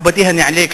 מכובדי הנעלה,